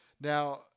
Now